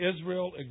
Israel